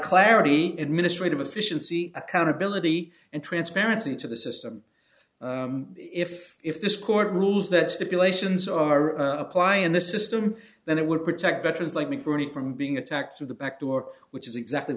clarity administrative officials see accountability and transparency into the system if if this court rules that stipulations are apply in this ystem then it would protect veterans like me bernie from being attacked through the back door which is exactly